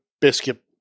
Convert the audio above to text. biscuit